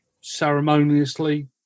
ceremoniously